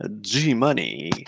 G-Money